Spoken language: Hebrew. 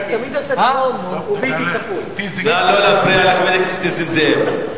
לא להפריע לחבר הכנסת נסים זאב.